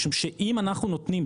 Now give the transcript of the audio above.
משום שאם אנחנו נותנים,